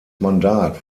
mandat